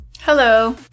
Hello